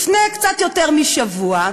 לפני קצת יותר משבוע,